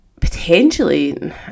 potentially